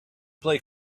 play